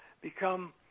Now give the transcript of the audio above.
become